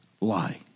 lie